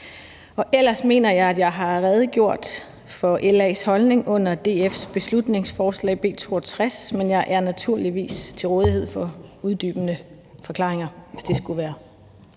Og ellers mener jeg, at jeg har redegjort for LA's holdning under DF's beslutningsforslag B 62, men jeg er naturligvis til rådighed for uddybende forklaringer, hvis det skulle være